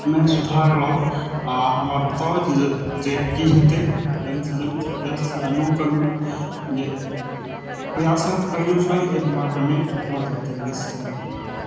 मे सुधारलहुॅं आ हमरा बताउ जे की हेतै जल्द सऽ जल्द यस या नो कहियौ जे प्रयासरत करियौ हमरा पेमेन्ट भऽ जाए जल्दी से जल्द